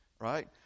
Right